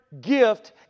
gift